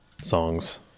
songs